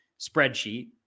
spreadsheet